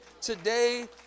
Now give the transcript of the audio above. today